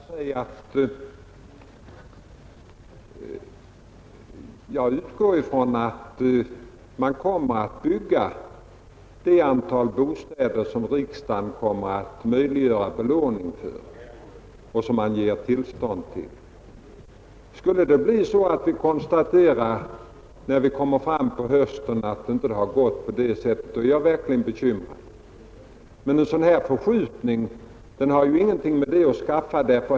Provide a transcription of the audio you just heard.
Fru talman! Jag utgår ifrån att man kommer att bygga det antal bostäder som riksdagen möjliggör belåning för och som man ger tillstånd till. Skulle det bli så att vi fram på hösten konstaterar att det inte har gått på det sättet, då blir jag verkligen bekymrad. Men en sådan här förskjutning är inte liktydig med en minskad årsproduktion.